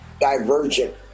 divergent